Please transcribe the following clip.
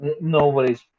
nobody's